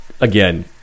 again